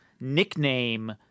nickname